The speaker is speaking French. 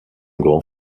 grand